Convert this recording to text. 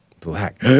Black